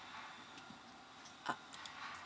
uh